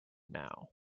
now